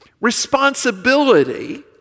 responsibility